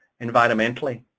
environmentally